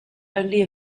only